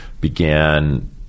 began